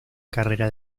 carrera